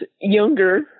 younger